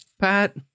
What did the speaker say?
Pat